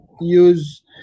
use